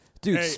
dude